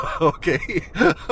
okay